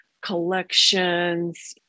collections